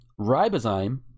Ribozyme